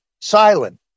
silent